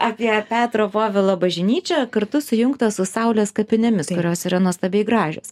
apie petro povilo bažinyčią kartu sujungtą su saulės kapinėmis kurios yra nuostabiai gražios